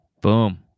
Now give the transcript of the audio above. Boom